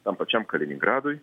tam pačiam kaliningradui